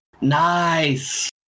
Nice